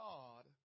God